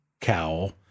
cowl